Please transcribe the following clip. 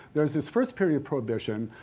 there's this first period of prohibition.